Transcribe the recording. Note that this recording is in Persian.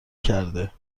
کرده